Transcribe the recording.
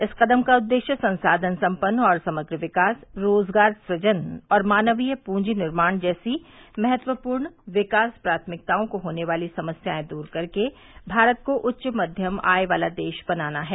इस कदम का उद्देश्य संसाधन सम्पन्न और समग्र विकास रोजगार सुजन और मानवीय पूंजी निर्माण जैसी महत्वपूर्ण विकास प्राथमिकताओं को होने वाली समस्याएं दूर कर के भारत को उच्च मध्यम आय वाला देश बनाना है